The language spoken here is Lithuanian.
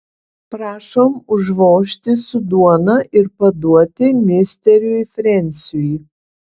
prašom užvožti su duona ir paduoti misteriui frensiui